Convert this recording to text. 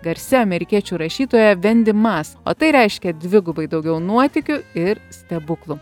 garsia amerikiečių rašytoja vendi mas o tai reiškia dvigubai daugiau nuotykių ir stebuklų